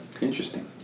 Interesting